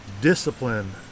discipline